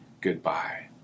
goodbye